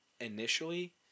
initially